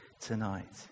tonight